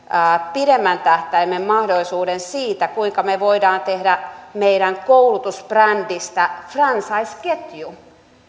pidemmän tähtäimen mahdollisuuden siitä kuinka me voimme tehdä meidän koulutusbrändistä franchising ketjun